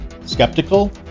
Skeptical